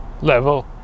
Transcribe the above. level